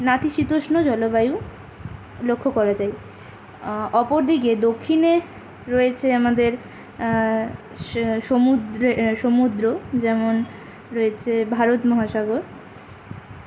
নাতিশীতোষ্ণ জলবায়ু লক্ষ্য করা যায় অপর দিকে দক্ষিণে রয়েছে আমাদের সমুদ্রে সমুদ্র যেমন রয়েছে ভারত মহাসাগর